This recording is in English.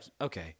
okay